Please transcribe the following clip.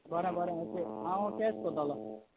okay okay बोरें हांव केश कोत्तोलो